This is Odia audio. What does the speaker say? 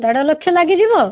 ଦେଢ଼ ଲକ୍ଷ ଲାଗିଯିବ